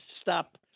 stop